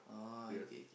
yes